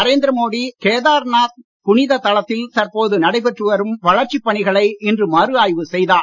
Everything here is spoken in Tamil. நரேந்திர மோடி கேதார்நாத் புனித தலத்தில் தற்போது நடைபெற்று வரும் வளர்ச்சிப் பணிகளை இன்று மறு ஆய்வு செய்தார்